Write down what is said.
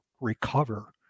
recover